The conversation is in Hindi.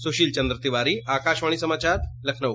सुशील चन्द्र तिवारी आकाशवाणी समाचार लखनऊ